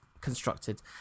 constructed